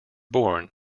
born